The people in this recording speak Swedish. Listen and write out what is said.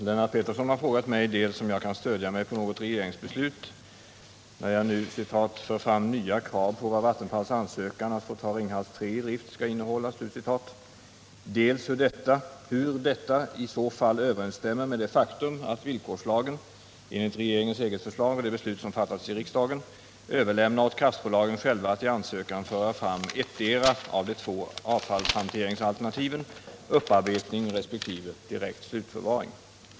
Lennart Pettersson har frågat mig dels om jag kan stödja mig på något regeringsbeslut när jag nu ”för fram nya krav på vad Vattenfalls ansökan att få ta Ringhals 3 i drift skall innehålla”, dels hur detta i så fall överensstämmer med det faktum att villkorslagen — enligt regeringens eget förslag och det beslut som fattats i riksdagen — överlämnar åt kraftbolagen själva att i ansökan föra fram ettdera av de två avfallshanteringsalternativen upparbetning resp. direkt slutförvaring.